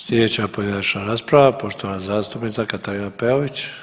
Sljedeća pojedinačna rasprava poštovana zastupnica Katarina Peović.